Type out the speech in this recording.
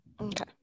Okay